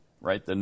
right